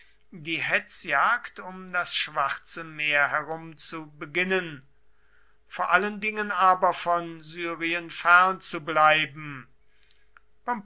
die hetzjagd um das schwarze meer herum zu beginnen vor allen dingen aber von syrien